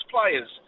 players